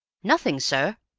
nothing, sir,